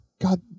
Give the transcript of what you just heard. god